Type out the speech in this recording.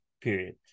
period